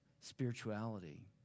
spirituality